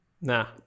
nah